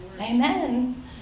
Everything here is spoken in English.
Amen